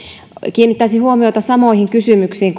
kiinnittäisin huomiota samoihin kysymyksiin